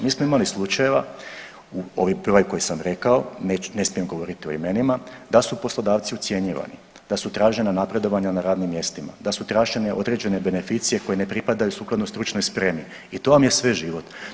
Mi smo imali slučajeva, ovaj broj koji sam rekao, ne smijem govoriti o imenima da su poslodavci ucjenjivani, da su tražena napredovanja na radnim mjestima, da su tražene određene beneficije koje ne pripadaju sukladno stručnoj spremi i to vam je sve život.